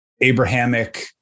Abrahamic